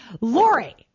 Lori